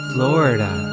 Florida